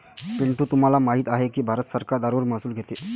पिंटू तुम्हाला माहित आहे की भारत सरकार दारूवर महसूल घेते